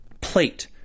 plate